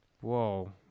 Whoa